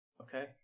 Okay